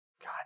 God